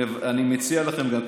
אני מציע לכם גם,